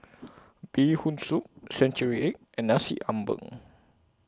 Bee Hoon Soup Century Egg and Nasi Ambeng